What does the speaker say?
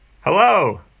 Hello